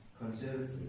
conservative